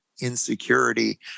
insecurity